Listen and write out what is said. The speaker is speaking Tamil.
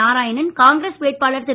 நாராயணன் காங்கிரஸ் வேட்பாளர் திரு